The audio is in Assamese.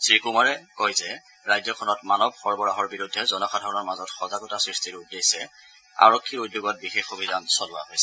শ্ৰীকুমাৰে কয় যে ৰাজ্যখনত মানৱ সৰবৰাহৰ বিৰুদ্ধে জনসাধাৰণৰ মাজত সজাগতা সৃষ্টিৰ উদ্দেশ্যে আৰক্ষীৰ উদ্যোগত বিশেষ অভিযান চলোৱা হৈছে